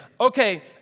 okay